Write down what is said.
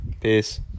Peace